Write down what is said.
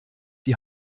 die